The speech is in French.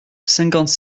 cinquante